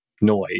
noise